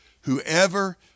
whoever